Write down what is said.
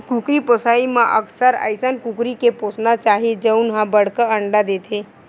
कुकरी पोसइ म अक्सर अइसन कुकरी के पोसना चाही जउन ह बड़का अंडा देथे